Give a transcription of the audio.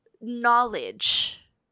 knowledge